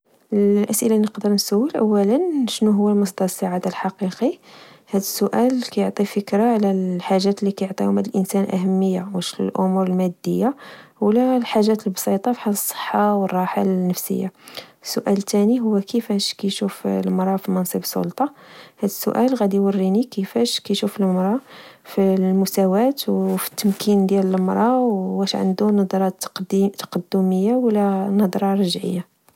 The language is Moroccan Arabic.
الأسئلة لنقدر نسول أولا: شنو هو مصدر السعادة الحقيقي؟_x000B_هاد السؤال كيعطي فكرة على الحاجات اللي كيعطيهم هاد الإنسان أهمية، واش لأمور المادية، ولا الحاجات البسيطة بحال الصحة والراحة النفسية. السؤال الثاني هو: كفاش كشوف المرا في منصب سلطة؟_x000B_هاد السؤال غدي وريني كيفاش كيشوف المرا في المساواة وفالتمكين ديال المرا واش عندو نظرة تقدمية. ولا نظرة رجعية